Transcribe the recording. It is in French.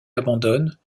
abandonne